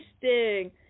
Interesting